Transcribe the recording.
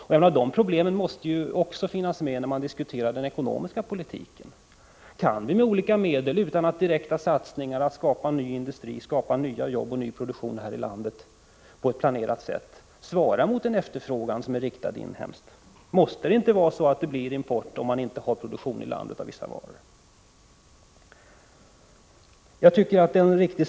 Jag menar att sådana problem måste finnas med när man diskuterar den ekonomiska politiken: Kan vi med olika medel utan direkta satsningar skapa ny industri och ny produktion här i landet på ett planerat sätt, som svarar mot en efterfrågan som är riktad inhemskt? Måste det inte bli så att man får import av vissa varor om man inte har någon produktion i landet?